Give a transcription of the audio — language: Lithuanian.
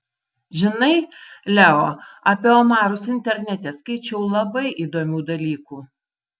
žinai leo apie omarus internete skaičiau labai įdomių dalykų